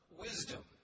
wisdom